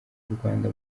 rwanda